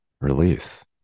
release